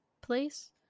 place